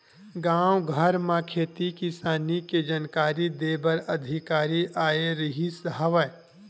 गाँव घर म खेती किसानी के जानकारी दे बर अधिकारी आए रिहिस हवय